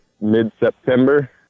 mid-September